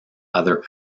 other